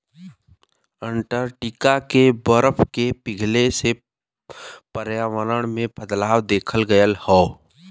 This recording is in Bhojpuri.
अंटार्टिका के बरफ के पिघले से पर्यावरण में बदलाव देखल गयल हौ